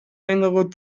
längere